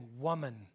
Woman